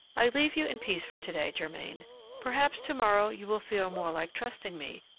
i leave you in peace for to-day, germain perhaps to-morrow you will feel more like trusting me,